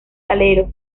alero